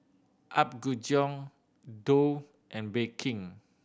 Apgujeong Doux and Bake King